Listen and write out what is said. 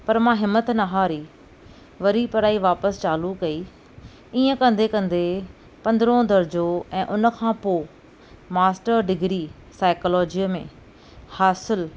पर मां हिमथ न हारी वरी पढ़ाई वापसि चालू कई ईअं कंदे कंदे पंद्रहों दर्जो ऐं उन खां पोइ मास्टर डिग्री साइक्लॉजीअ में हासिलु